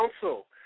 council